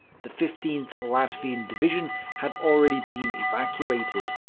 the fifteenth latvian division had already been evacuated,